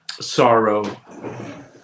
sorrow